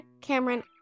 Cameron